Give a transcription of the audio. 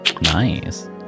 Nice